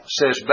says